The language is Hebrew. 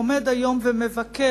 עומד היום ומבקש,